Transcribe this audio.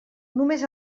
només